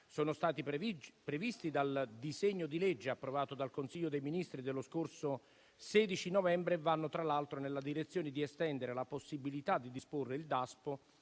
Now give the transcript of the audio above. sono stati previsti dal disegno di legge approvato dal Consiglio dei ministri dello scorso 16 novembre, e vanno tra l'altro nella direzione di estendere la possibilità di disporre il Daspo